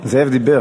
זאב דיבר,